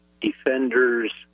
defenders